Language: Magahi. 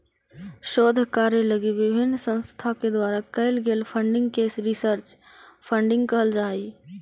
शोध कार्य लगी विभिन्न संस्था के द्वारा कैल गेल फंडिंग के रिसर्च फंडिंग कहल जा हई